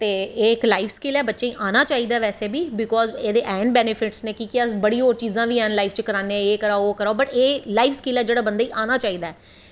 एह् ते life skill ऐ बच्चें गी आना चाहिदा बैसे बीकॉज एह्दे होर ब बेनीफिट न बट अस लाईफ च कराने एह् कराओ ओह् कराओ लाईफ स्किल ऐ जेह्ड़ा बंदे गी आना चाहिदा ऐ